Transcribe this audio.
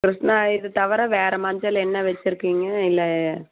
கிருஷ்ணா இது தவிர வேறு மஞ்சள் என்ன வச்சிருக்கீங்க இல்லை